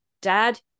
dad